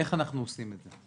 איך אנחנו עושים את זה?